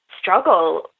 struggle